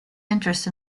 interest